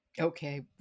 Okay